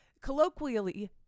colloquially